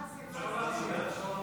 אין נמנעים.